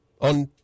on